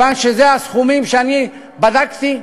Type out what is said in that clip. אלה הסכומים, אני בדקתי,